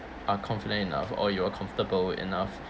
are confident enough or you're comfortable with enough